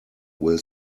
will